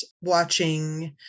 watching